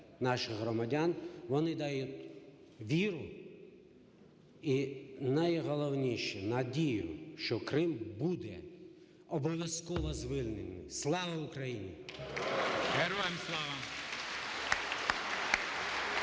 наших громадян, вони дають віру і найголовніше – надію, що Крим буде обов'язково звільнений. Слава Україні!